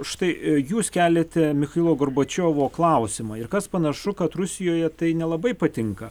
štai jūs keliate michailo gorbačiovo klausimą ir kas panašu kad rusijoje tai nelabai patinka